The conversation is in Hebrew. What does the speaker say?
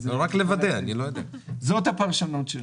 זאת הפרשנות שלנו.